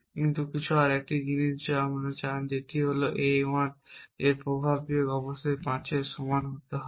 কিন্তু আরেকটি জিনিস যা আপনি চান যেটি হল A 1 এর প্রভাব বিয়োগ অবশ্যই 5 এর সমান হতে হবে